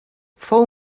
fou